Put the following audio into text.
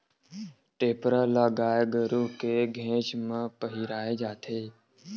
टेपरा ल गाय गरु के घेंच म पहिराय जाथे